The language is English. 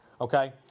okay